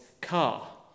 car